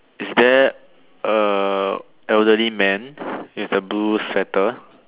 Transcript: is there a elderly man with a blue sweater